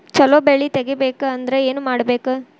ಛಲೋ ಬೆಳಿ ತೆಗೇಬೇಕ ಅಂದ್ರ ಏನು ಮಾಡ್ಬೇಕ್?